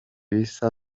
bisa